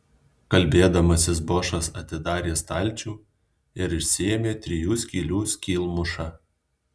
kalbėdamasis bošas atidarė stalčių ir išsiėmė trijų skylių skylmušą